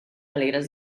alegres